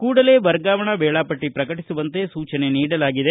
ಕೂಡಲೇ ವರ್ಗಾವಣಾ ವೇಳಾಪಟ್ಟಿ ಪ್ರಕಟಿಸುವಂತೆ ಸೂಚನೆ ನೀಡಲಾಗಿದೆ